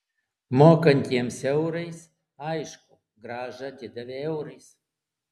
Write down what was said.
mokantiems eurais aišku grąžą atidavė eurais